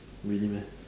really meh